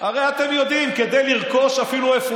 הרי אתם יודעים, אפילו כדי לרכוש עפרונות